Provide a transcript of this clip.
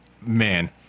man